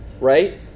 Right